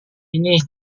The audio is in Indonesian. ini